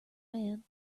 man